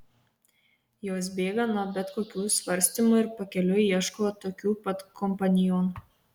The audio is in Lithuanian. jos bėga nuo bet kokių svarstymų ir pakeliui ieško tokių pat kompanionų